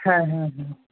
হ্যাঁ হ্যাঁ হ্যাঁ